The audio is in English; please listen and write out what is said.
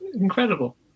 incredible